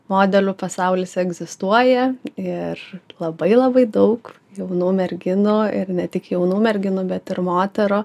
modelių pasaulis egzistuoja ir labai labai daug jaunų merginų ir ne tik jaunų merginų bet ir moterų